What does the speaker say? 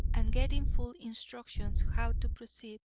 and getting full instructions how to proceed,